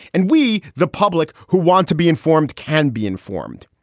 and we, the public who want to be informed, can be informed.